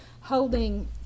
holding